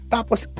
Tapos